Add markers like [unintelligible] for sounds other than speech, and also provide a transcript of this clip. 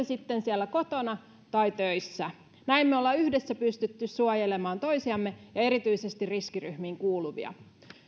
[unintelligible] sitten siellä kotona tai töissä näin me olemme yhdessä pystyneet suojelemaan toisiamme ja erityisesti riskiryhmiin kuuluvia